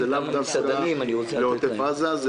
זה לאו דווקא לעוטף עזה,